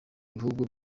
bihugu